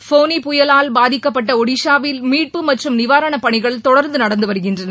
ஃபோனி புயலால் பாதிக்கப்பட்ட ஒடிஷாவில் மீட்பு மற்றும் நிவாரணப் பணிகள் தொடர்ந்து நடந்து வருகின்றன